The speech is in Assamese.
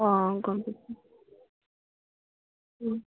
অঁ গ'ম পাইছোঁ